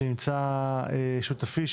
שותפי,